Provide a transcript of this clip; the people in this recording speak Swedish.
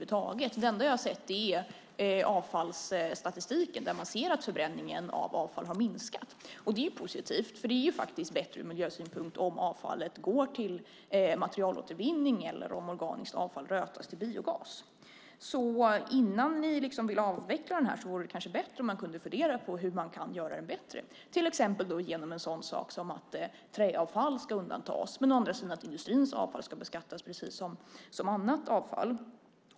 Det enda jag har sett är avfallsstatistiken där det syns att förbränningen av avfall har minskat. Det är positivt eftersom det är bättre ur miljösynpunkt om avfallet går till materialåtervinning eller om organiskt avfall rötas till biogas. Innan ni vill avveckla detta vore det bättre om ni funderade på hur det här kan göras bättre, till exempel genom att å ena sidan undanta träavfall men å andra sidan att industrins avfall ska beskattas precis som annat avfall.